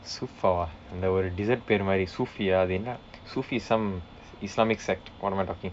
sofa ah அந்த ஒரு:andtha oru dessert பெயர் மாதிரி:peyar maathiri sufi-aa அது என்ன:athu enna sufi some islamic sect what am I talking